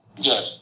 Yes